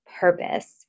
purpose